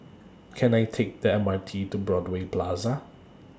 Can I Take The M R T to Broadway Plaza